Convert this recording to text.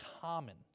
common